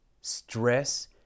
stress